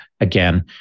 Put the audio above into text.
again